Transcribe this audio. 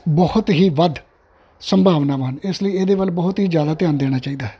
ਬਹੁਤ ਹੀ ਵੱਧ ਸੰਭਾਵਨਾਵਾਂ ਹਨ ਇਸ ਲਈ ਇਹਦੇ ਵੱਲ ਬਹੁਤ ਹੀ ਜ਼ਿਆਦਾ ਧਿਆਨ ਦੇਣਾ ਚਾਹੀਦਾ ਹੈ